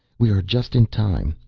we are just in time.